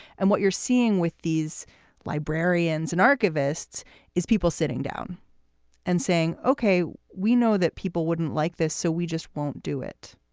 and what you're seeing seeing with these librarians and archivists is people sitting down and saying, ok, we know that people wouldn't like this, so we just won't do it